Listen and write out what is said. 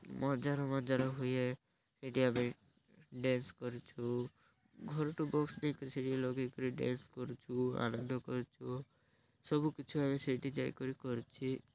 ମଜାର ମଜାର ହୁଏ ସେଠି ଆମେ ଡ଼୍ୟାନ୍ସ କରୁଛୁ ଘରଠୁ ବକ୍ସ ନେଇକରି ସେଠି ଲଗେଇକରି ଡ଼୍ୟାନ୍ସ କରୁଛୁ ଆନନ୍ଦ କରୁଛୁ ସବୁକିଛି ଆମେ ସେଇଠି ଯାଇକରି କରୁଛି